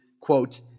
quote